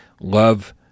love